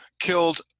killed